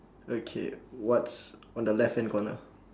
okay what's on the left hand corner